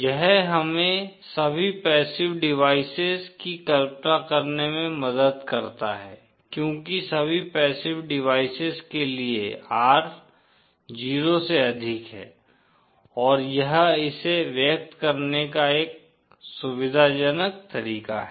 यह हमें सभी पैसिव डिवाइसेस की कल्पना करने में मदद करता है क्योंकि सभी पैसिव डिवाइसेस के लिए R 0 से अधिक है और यह इसे व्यक्त करने का एक सुविधाजनक तरीका है